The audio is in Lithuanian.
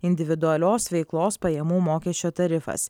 individualios veiklos pajamų mokesčio tarifas